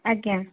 ଆଜ୍ଞା